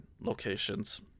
locations